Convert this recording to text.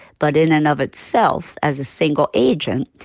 but in and of itself, as a single agent,